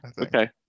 Okay